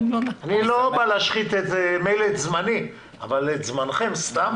אני לא בא להשחית, מילא את זמני אבל את זמנכם סתם.